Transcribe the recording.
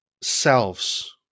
selves